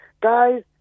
guys